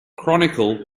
chronicle